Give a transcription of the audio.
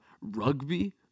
rugby